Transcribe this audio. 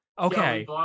Okay